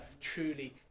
truly